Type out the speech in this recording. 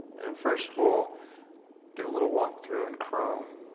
and first we'll do a little walk-through in chrome